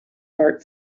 heart